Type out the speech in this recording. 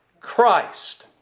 Christ